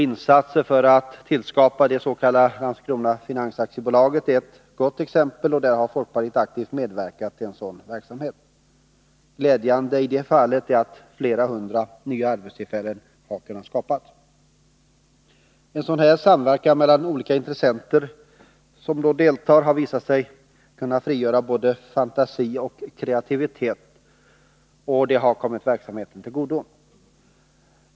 Insatser för att tillskapa dets.k. Landskrona Finans AB är ett gott exempel, och folkpartiet har aktivt medverkat till en sådan verksamhet. Glädjande i det fallet är att flera hundra nya arbetstillfällen har skapats. En sådan här samverkan där olika intressenter deltar har visat sig kunna frigöra både fantasi och kreativitet, och det har kommit verksamheten till godo.